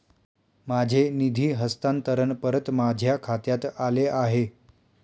माझे निधी हस्तांतरण परत माझ्या खात्यात आले आहे